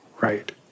right